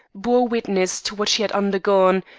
bore witness to what she had undergone,